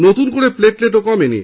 নতুন করে প্লেটলেটও কমেনি